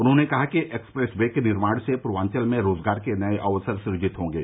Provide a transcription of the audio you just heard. उन्होंने कहा कि एक्सप्रेस वे के निर्माण से पूर्वांचल में रोजगार के नए अवसर सुजित होंगे